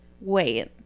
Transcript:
Wait